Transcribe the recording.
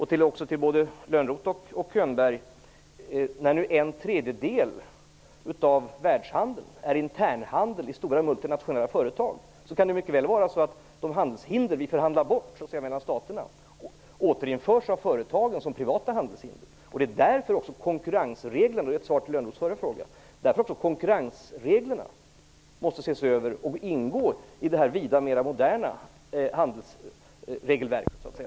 Till både Johan Lönnroth och Bo Könberg vill jag säga: När nu en tredjedel av världshandeln består av internhandel mellan stora internationella multinationella företag kan det mycket väl vara så att de handelshinder mellan staterna som vi förhandlar bort återinförs av företagen som privata handelshinder. Det är därför som konkurrensreglerna - detta är ett svar på Johan Lönnroths tidigare fråga - måste ses över och ingå i det vida mera moderna handelsregelverket.